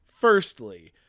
Firstly